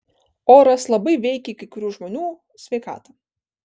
oras labai veikia į kai kurių žmonių sveikatą